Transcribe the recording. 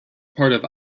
part